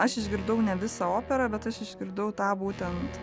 aš išgirdau ne visą operą bet aš išgirdau tą būtent